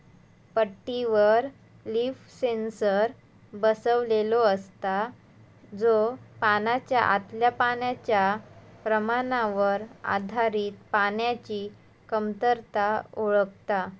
पट्टीवर leaf sensor बसवलेलो असता, जो पानाच्या आतल्या पाण्याच्या प्रमाणावर आधारित पाण्याची कमतरता ओळखता